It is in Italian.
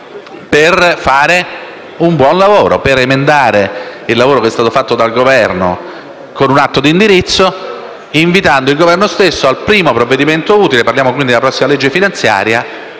per fare un buon lavoro, emendando il lavoro fatto dal Governo con un atto d'indirizzo, invitando il Governo stesso al primo provvedimento utile, la prossima legge finanziaria,